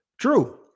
True